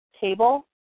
table